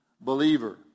believer